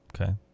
Okay